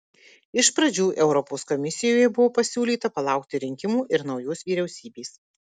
iš pradžių europos komisijoje buvo pasiūlyta palaukti rinkimų ir naujos vyriausybės